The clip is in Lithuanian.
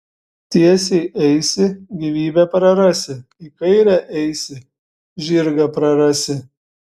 tiesiai eisi gyvybę prarasi į kairę eisi žirgą prarasi